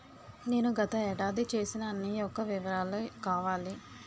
నేను గత ఏడాది చేసిన అన్ని యెక్క వివరాలు కావాలి?